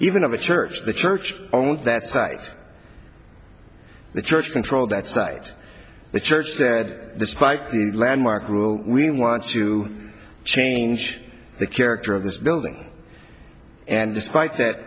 even of a church the church owns that site the church controlled that site the church said despite the landmark ruling we want to change the character of this building and despite that